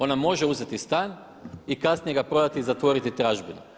Ona može uzeti stani kasnije ga prodati i zatvoriti tražbinu.